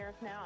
now